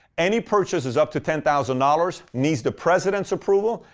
any purchases up to ten thousand dollars, needs the president's approval,